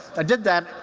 i did that